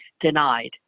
denied